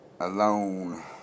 alone